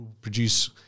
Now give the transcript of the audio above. produce